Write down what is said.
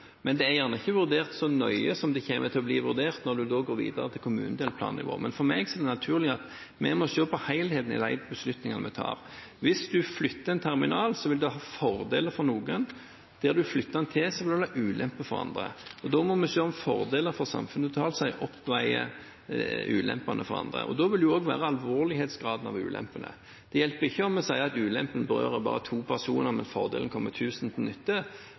men det er gjerne ikke vurdert så nøye som det kommer til å bli når en går videre til kommunedelplannivå. For meg er det naturlig å se på helheten i de beslutningene vi tar. Hvis man flytter en terminal, vil det ha fordeler for noen, og der en flytter den til, vil den ha ulemper for andre. Da må vi se på om fordelene for samfunnet totalt sett oppveier ulempene for noen, og da vil det være alvorlighetsgraden av ulempene som avgjør. Det hjelper ikke om vi sier at ulempene berører bare to personer og fordelene kommer 1 000 til nytte,